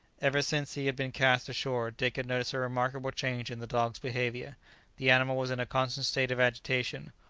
ever since he had been cast ashore dick had noticed a remarkable change in the dog's behaviour the animal was in a constant state of agitation,